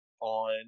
on